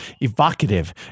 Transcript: evocative